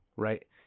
Right